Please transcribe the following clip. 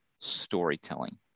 storytelling